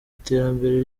iterambere